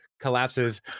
collapses